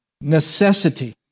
necessity